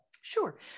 sure